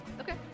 Okay